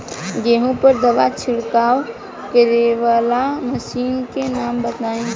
गेहूँ पर दवा छिड़काव करेवाला मशीनों के नाम बताई?